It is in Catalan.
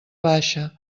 baixa